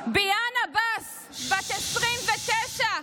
ביאן עבאס, בת 29,